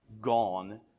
gone